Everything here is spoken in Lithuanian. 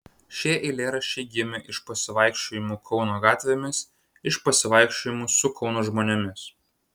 šie eilėraščiai gimė iš pasivaikščiojimų kauno gatvėmis iš pasivaikščiojimų su kauno žmonėmis